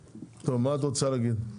טוב, מה את רוצה להגיד?